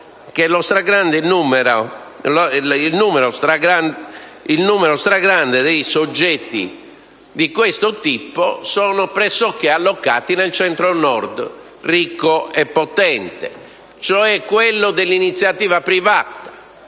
il numero stragrande dei soggetti di questo tipo è allocato nel Centro-Nord, ricco e potente, cioè quello dell'iniziativa privata